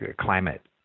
climate